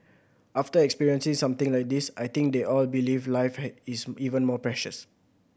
after experiencing something like this I think they all believe life is even more precious